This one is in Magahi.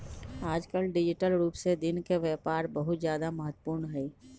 आजकल डिजिटल रूप से दिन के व्यापार बहुत ज्यादा महत्वपूर्ण हई